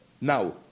now